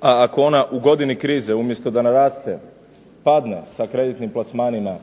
a ako ona u godini krize umjesto da naraste, padne sa kreditnim plasmanima